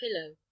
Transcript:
pillow